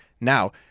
Now